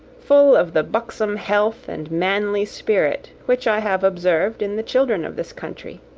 full of the buxom health and manly spirit which i have observed in the children of this country.